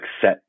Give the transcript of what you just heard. set